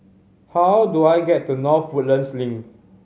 how do I get to North Woodlands Link